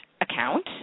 account